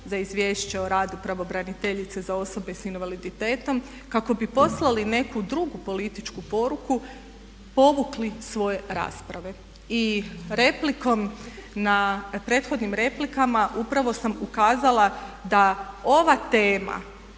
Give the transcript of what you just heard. za Izvješće o radu pravobraniteljice za osobe sa invaliditetom kako bi poslali neku drugu političku poruku povukli svoje rasprave. I replikom na, prethodnim replikama upravo sam ukazala da ova tema